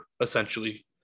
essentially